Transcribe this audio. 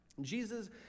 Jesus